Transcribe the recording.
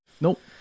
Nope